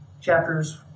chapters